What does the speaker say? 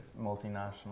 multinational